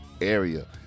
area